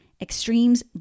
Extremes